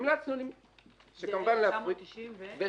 המלצנו --- זה 1996?